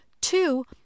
Two